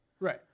Right